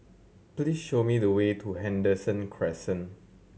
please show me the way to Henderson Crescent